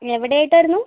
എവിടെ ആയിട്ടായിരുന്നു